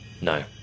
No